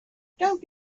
don’t